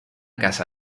casa